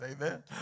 amen